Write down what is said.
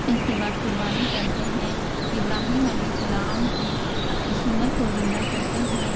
اس کے بعد قربانی کرتے ہیں ابراہیم علیہ السّلام کی سنت کو زندہ کرتے ہیں